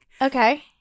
Okay